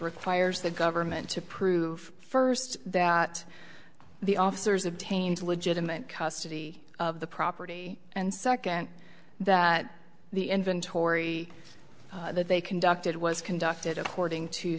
requires the government to prove first that the officers obtained a legitimate custody of the property and second that the inventory that they conducted was conducted according to